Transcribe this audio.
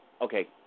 okay